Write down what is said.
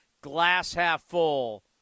glass-half-full